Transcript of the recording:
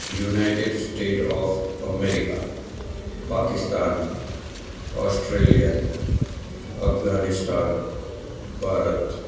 United State of America Pakistan Australia Afghanistan Bharat